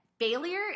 Failure